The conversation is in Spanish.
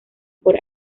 por